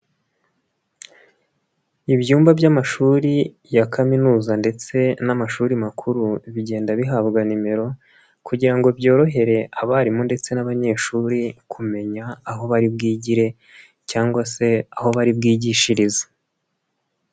Ibyumba by'amashuri ya kaminuza ndetse n'amashuri makuru, bigenda bihabwa nimero kugira ngo byorohere abarimu ndetse n'abanyeshuri kumenya aho bari bwigire cyangwa se aho bari bwigishirize.